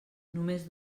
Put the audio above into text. només